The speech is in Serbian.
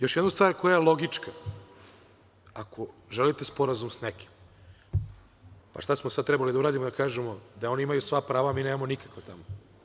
Još jedna stvar koja je logička, ako želite sporazum s nekim, pa šta smo sad trebali da uradimo, da kažemo da oni imaju sva prava, a da mi nemamo nikakva tamo.